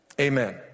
Amen